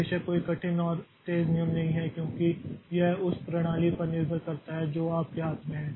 बेशक कोई कठिन और तेज़ नियम नहीं है क्योंकि यह उस प्रणाली पर निर्भर करता है जो आपके हाथ में है